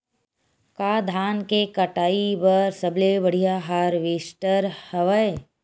का धान के कटाई बर सबले बढ़िया हारवेस्टर हवय?